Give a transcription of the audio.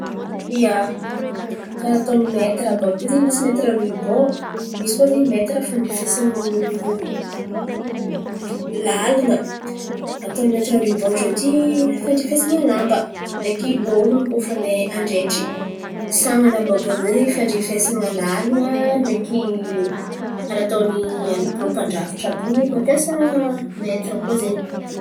Ia, karà ataony metira àby àby io zen̈y misy metira riban, misy koa zen̈y metira fandrifesan'olo lalan̈a. Ataon'ny metira riban ziôty, fandrifesan̈a lamba ndreky olon̈o koa fa handeha handraitry. San̈any àby àby io amy zay zen̈y fandrifesan̈a lalan̈a ndreky. Karà ataon'ny an'ny rô mpandrafitry àby io zen̈y mampiasa metira koa zen̈y.